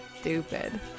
stupid